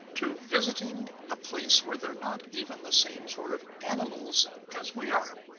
to visiting a place where they're not even the same sort of animals as we are?